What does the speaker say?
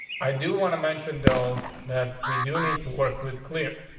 i do want to mention though, that we do need to work with clear.